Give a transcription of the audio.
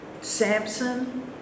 Samson